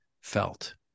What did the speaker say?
felt